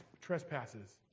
trespasses